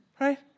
right